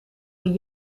een